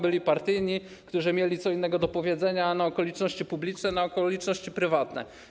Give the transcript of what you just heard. Byli partyjni, którzy mieli co innego do powiedzenia na okoliczności publiczne i co innego na okoliczności prywatne.